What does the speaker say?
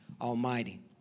Almighty